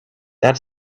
that